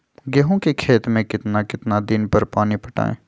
गेंहू के खेत मे कितना कितना दिन पर पानी पटाये?